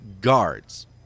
guards